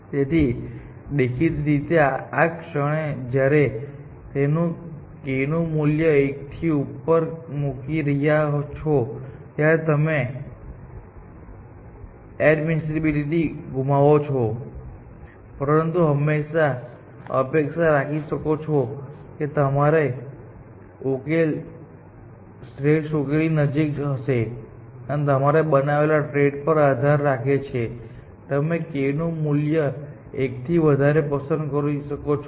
તેથી દેખીતી રીતે જ આ ક્ષણે જ્યારે તમે કેનું મૂલ્ય 1 થી ઉપર મૂકી રહ્યા છો ત્યારે તમે એડમિસિબિલિટી ગુમાવો છો પરંતુ તમે અપેક્ષા રાખી શકો છો કે તમારો ઉકેલ શ્રેષ્ઠ ઉકેલની નજીક હશે અને તે તમારે બનાવેલા ટ્રેડ પર આધાર રાખે છે તમે k નું મૂલ્ય 1 થી વધારે પસંદ કરી શકો છો